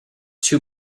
two